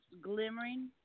glimmering